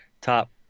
top